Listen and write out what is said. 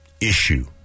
issue